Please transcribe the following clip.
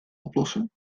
oplossen